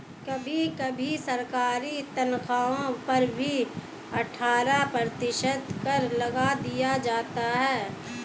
कभी कभी सरकारी तन्ख्वाह पर भी अट्ठारह प्रतिशत कर लगा दिया जाता है